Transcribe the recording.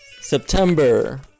September